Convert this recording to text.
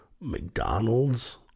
mcdonald's